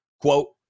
Quote